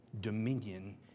dominion